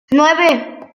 nueve